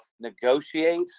negotiate